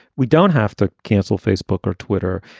we don't have to cancel facebook or twitter.